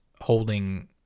holding